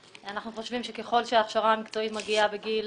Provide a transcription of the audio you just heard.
אנחנו חושבים שככל שההכשרה המקצועית מגיעה בגיל